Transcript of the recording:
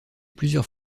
plusieurs